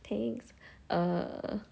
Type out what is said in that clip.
thanks err